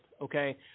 okay